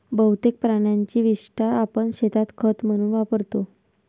बहुतेक प्राण्यांची विस्टा आपण शेतात खत म्हणून वापरतो